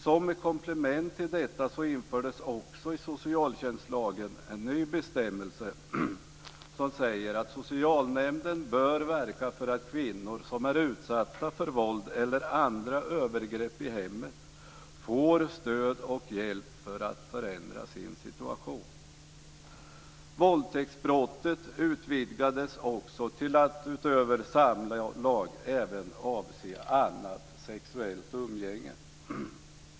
Som ett komplement till detta infördes vidare i socialtjänstlagen en ny bestämmelse som säger att socialnämnden bör verka för att kvinnor som är utsatta för våld eller andra övergrepp i hemmet får stöd och hjälp för att förändra sin situation. Våldtäktsbrottet utvidgades också till att utöver samlag även avse annat sexuellt umgänge.